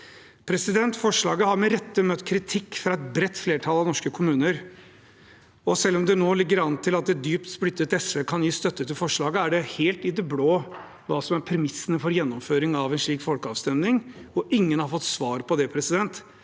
usikkerhet. Forslaget har med rette møtt kritikk fra et bredt flertall av norske kommuner, og selv om det nå ligger an til at et dypt splittet SV kan gi støtte til forslaget, er det helt i det blå hva som er premissene for gjennomføring av en slik folkeavstemning. Ingen har fått svar på det, men